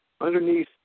underneath